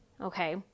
okay